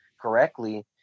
correctly